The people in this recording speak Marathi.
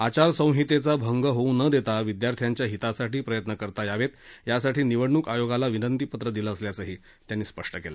आचार संहितेचा भंग होऊ न देता विद्यार्थ्यांच्या हितासाठी प्रयत्न करता यावं यासाठी निवडणूक आयोगाला विनंती पत्र दिलं असल्याचं त्यांनी सांगितलं